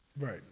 Right